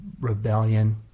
rebellion